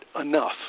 enough